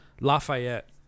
Lafayette